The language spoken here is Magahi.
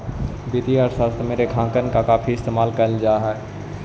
वित्तीय अर्थशास्त्र में रेखांकन का काफी इस्तेमाल करल जा हई